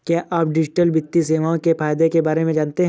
क्या आप डिजिटल वित्तीय सेवाओं के फायदों के बारे में जानते हैं?